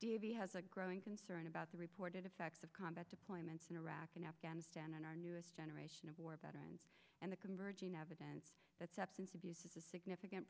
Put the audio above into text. d v has a growing concern about the reported effects of combat deployments in iraq and afghanistan and our newest generation of war veterans and the converging evidence that substance abuse is a significant